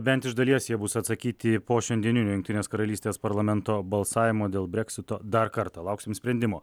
bent iš dalies jie bus atsakyti po šiandieninio jungtinės karalystės parlamento balsavimo dėl breksito dar kartą lauksim sprendimo